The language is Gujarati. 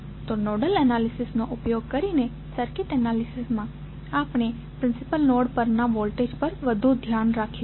તો નોડલ એનાલિસિસનો ઉપયોગ કરીને સર્કિટ એનાલિસિસમાં આપણે પ્રિન્સિપલ નોડ પરના વોલ્ટેજ પર વધુ ધ્યાન રાખીશું